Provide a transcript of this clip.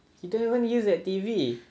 you don't even use that T_V